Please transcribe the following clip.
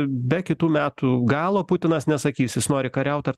be kitų metų galo putinas nesakys jis nori kariaut ar